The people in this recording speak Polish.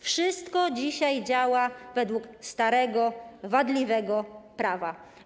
Wszystko dzisiaj działa według starego, wadliwego prawa.